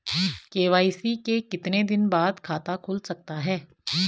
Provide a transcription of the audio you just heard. KYC के कितने दिन बाद खाता खुल सकता है?